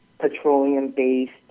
petroleum-based